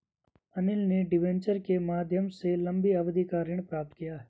अनिल ने डिबेंचर के माध्यम से लंबी अवधि का ऋण प्राप्त किया